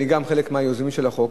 אני גם מהיוזמים של החוק,